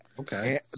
Okay